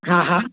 हा हा